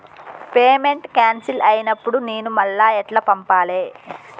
Payment cancel అయినపుడు నేను మళ్ళా ఎట్ల పంపాలే?